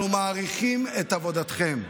אנחנו מעריכים את עבודתכם,